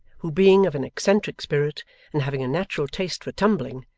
who being of an eccentric spirit and having a natural taste for tumbling,